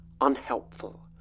unhelpful